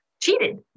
cheated